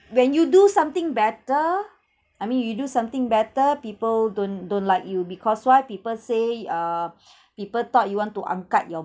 when you do something better I mean you do something better people don't don't like you because why people say uh people thought you want to angkat your